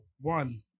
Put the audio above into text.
one